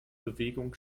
bewegung